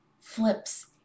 flips